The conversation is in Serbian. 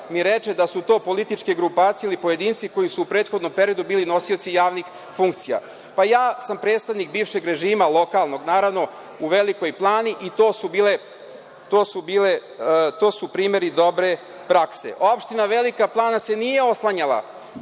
mi reče da su to političke grupacije ili pojedinci koji su u prethodnom periodu bili nosioci javnih funkcija, i ja sam predstavnik bivšeg režima lokalnog naravno u Velikoj Plani i to su primeri dobre prakse. Opština Velika Plana se nije oslanjala